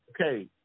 Okay